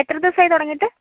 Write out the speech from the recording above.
എത്ര ദിവസമായി തുടങ്ങിയിട്ട്